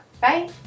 Bye